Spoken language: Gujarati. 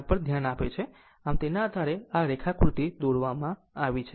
આમ તેના આધારે આ રેખાકૃતિ દોરવામાં આવી છે